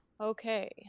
Okay